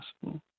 possible